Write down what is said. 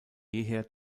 jeher